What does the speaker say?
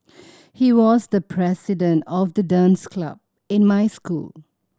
he was the president of the dance club in my school